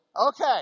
Okay